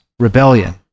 rebellion